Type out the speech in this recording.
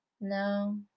No